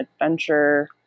Adventure